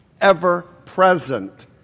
ever-present